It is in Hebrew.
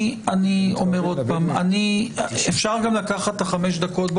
אני אומר עוד פעם שאפשר לקחת את החמש דקות הפסקה,